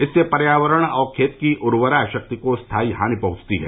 इससे पर्यावरण और खेत की उर्वरा शक्ति को स्थायी क्षति पहुंचती है